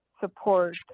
support